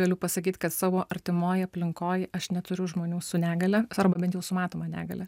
galiu pasakyt kad savo artimoj aplinkoj aš neturiu žmonių su negalia arba bent jau su matoma negalia